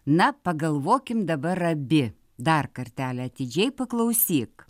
na pagalvokim dabar abi dar kartelį atidžiai paklausyk